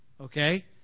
okay